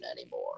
anymore